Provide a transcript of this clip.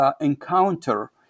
encounter